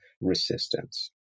resistance